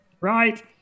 Right